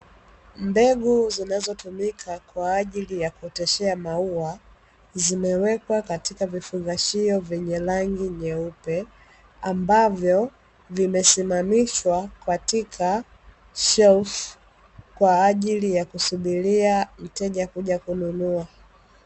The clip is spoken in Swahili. Mbegu zinazotumika kwa ajili ya kuoteshea maua, zimewekwa katika vifungashio vyenye rangi nyeupe, ambavyo vimesimamishwa katika shelfu kwa ajili ya kusubiria mteja kuja kununua.